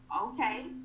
okay